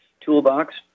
toolbox